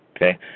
Okay